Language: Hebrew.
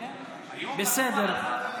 אני אמרתי, בסדר.